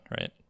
right